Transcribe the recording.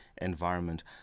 environment